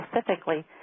specifically